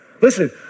Listen